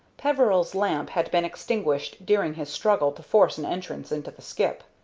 peveril's lamp had been extinguished during his struggle to force an entrance into the skip,